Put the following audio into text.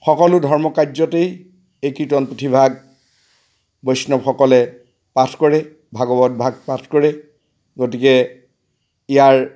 সকলো ধৰ্মকাৰ্যতেই এই কীৰ্তন পুথিভাগ বৈষ্ণৱসকলে পাঠ কৰে ভাগৱত ভাগ পাঠ কৰে গতিকে ইয়াৰ